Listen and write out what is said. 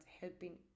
helping